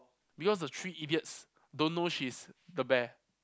because the three idiots don't know she's the bear